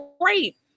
great